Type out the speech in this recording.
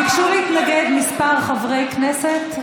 ביקשו להתנגד כמה חברי כנסת.